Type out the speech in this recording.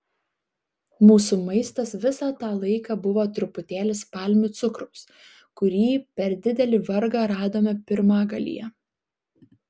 mūsų maistas visą tą laiką buvo truputėlis palmių cukraus kurį per didelį vargą radome pirmagalyje